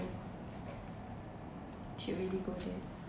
should really go there